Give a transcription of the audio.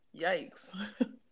yikes